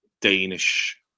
Danish